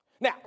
Now